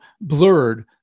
blurred